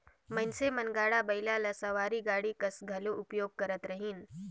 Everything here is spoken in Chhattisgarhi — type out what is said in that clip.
मइनसे मन गाड़ा बइला ल सवारी गाड़ी कस घलो उपयोग करत रहिन